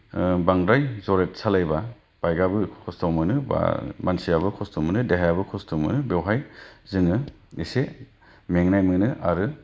बांद्राय जरै सालायोब्ला बाइकाबो खस्थ' मोनो बा मानसियाबो खस्थ' मोनो देहायाबो खस्थ' मोनो बेयावहाय जोङो एसे मेंनाय मोनो आरो